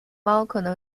可能